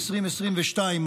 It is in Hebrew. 2022,